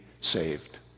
saved